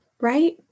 right